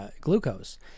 glucose